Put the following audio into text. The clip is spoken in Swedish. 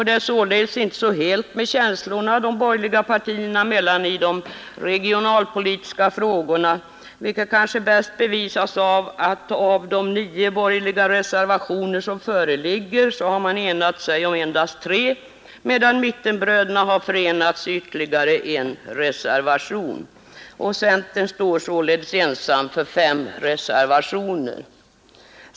Det är således inte så helt med känslorna de borgerliga partierna emellan i de regionalpolitiska frågorna, vilket kanske bäst bevisas av att av de nio borgerliga reservationerna som föreligger har man enat sig om endast tre, medan mittenbröderna har förenats i ytterligare en reservation. Centern står således ensam för 5 reservationer.